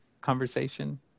conversation